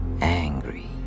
angry